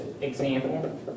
example